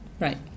Right